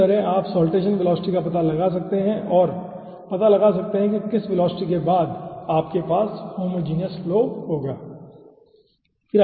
तो इस तरह आप साल्टेसन वेलोसिटी का पता लगा सकते हैं और पता लगा सकते हैं कि किस वेलोसिटी के बाद आपके पास होमोजिनियस फ्लो होगा ठीक है